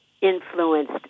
influenced